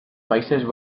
países